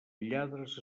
lladres